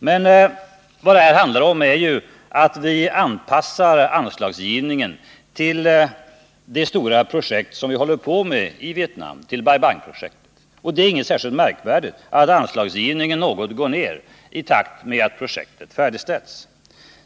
Men vad det här handlar om är bara att vi anpassar anslagsgivningen till läget för Bai Bang-projektet. Det är inget märkvärdigt att anslagen något går ned i takt med att projektet färdigställs.